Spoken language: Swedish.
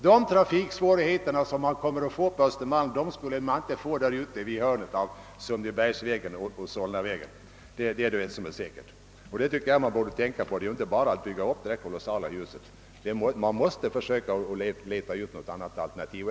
De trafiksvårigheter som kommer att uppstå på Östermalm skulle vi inte få med en byggnad i hörnet av Sundbybergsvägen—Solnavägen och det tycker jag man bör tänka på. Vi kan inte bara bygga detta kolossala kontorshus utan att försöka finna något alternativ.